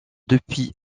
depuis